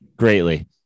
Greatly